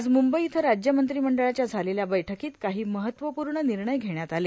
आज म्ंबई इथं राज्य मंत्रिमंडळाच्या झालेल्या बैठकीत काही महत्वपूर्ण निर्णय घेण्यात आले